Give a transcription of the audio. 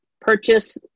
purchase